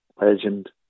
Legend